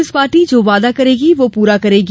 Congress party जो वादा करेगी वो पूरा करेगी